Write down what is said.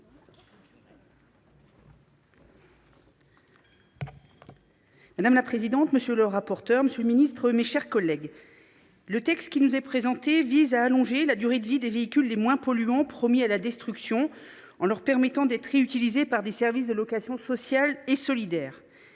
Madame la présidente, monsieur le ministre, mes chers collègues, le texte qui nous est présenté vise à allonger la durée de vie des véhicules les moins polluants promis à la destruction, en leur permettant d’être réutilisés par des services de location sociale et solidaire.